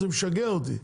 זה משגע אותי.